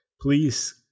please